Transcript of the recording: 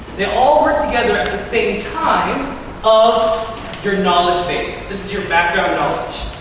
they all work together at the same time of your knowledge base. this is your background knowledge.